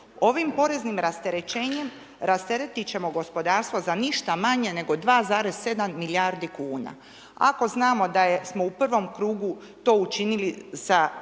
Ovim poreznim rasterećenjem rasteretiti ćemo gospodarstvo za ništa manje nego 2,7 milijardi kuna. Ako znamo da smo u prvom krugu to učinili za